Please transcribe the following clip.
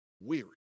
weary